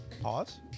Pause